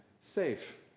safe